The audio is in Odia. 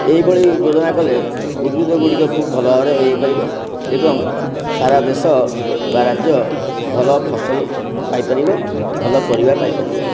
ଏଇଭଳି ଯୋଜନା କଲେ ଉଦ୍ଭିଦ ଗୁଡ଼ିକ ଖୁବ୍ ଭଲ ଭାବରେ ଇଏ ହେଇପାରିବ ଏବଂ ସାରା ଦେଶ ବା ରାଜ୍ୟ ଭଲ ଫସଲ ପାଇପାରିବ ଭଲ ପରିବା ପାଇପାରିବ